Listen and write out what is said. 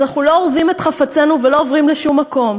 אז אנחנו לא אורזים את חפצינו ולא עוברים לשום מקום,